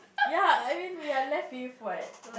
ya I mean we are left with what